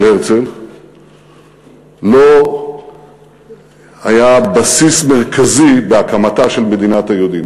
הרצל לא היה בסיס מרכזי בהקמתה של מדינת היהודים.